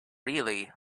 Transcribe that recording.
really